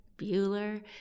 Bueller